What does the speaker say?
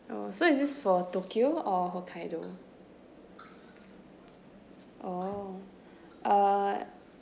oh so is this for tokyo or hokkaido oh uh